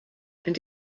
and